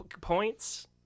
points